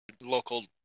local